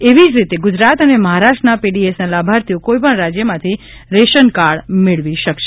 એવી જ રીતે ગુજરાત અને મહારાષ્ટ્રના પીડીએસના લાભાર્થીઓ કોઇપણ રાજયમાંથી રેશનકાર્ડ મેળવી શકશે